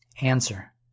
Answer